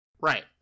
Right